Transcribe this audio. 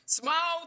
small